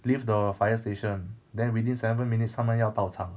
leave the fire station then within seven minutes 他们要到场